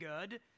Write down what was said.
good